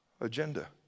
agenda